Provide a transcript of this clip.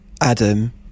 Adam